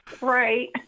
right